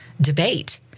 debate